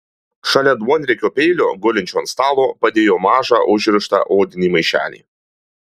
šalia duonriekio peilio gulinčio ant stalo padėjo mažą užrištą odinį maišelį